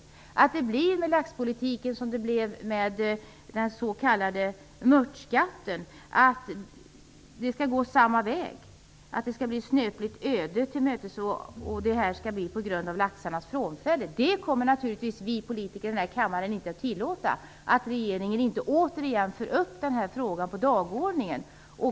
Jag hoppas att det inte blir samma sak med laxpolitiken som med den s.k. mörtskatten, att den går ett snöpligt öde till mötes, genom laxens frånfälle. Vi politiker i den här kammaren kommer naturligtvis inte att tillåta att regeringen inte för upp frågan på dagordningen igen.